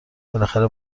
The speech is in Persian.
بالاخره